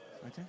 Okay